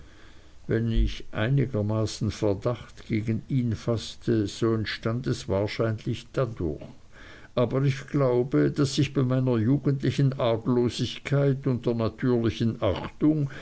wenn ich einigermaßen verdacht gegen ihn faßte so entstand es wahrscheinlich dadurch aber ich glaube daß ich bei meiner jugendlichen arglosigkeit und der natürlichen achtung